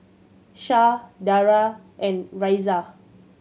Shah Dara and Raisya